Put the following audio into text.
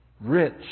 rich